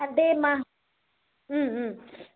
per day మా